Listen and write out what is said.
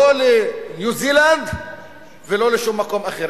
לא בניו-זילנד ולא במקום אחר,